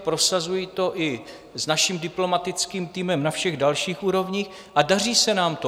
Prosazuji to i s naším diplomatickým týmem na všech dalších úrovních a daří se nám to.